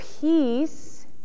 peace